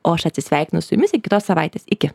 o aš atsisveikinu su jumis iki kitos savaitės iki